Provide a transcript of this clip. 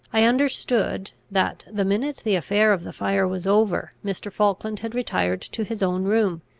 i understood, that the minute the affair of the fire was over mr. falkland had retired to his own room.